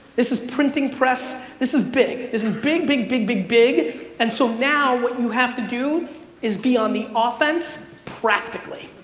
this is printing press, this is big. this is big, big, big, big, big and so now, what you have to do is be on the offense practically.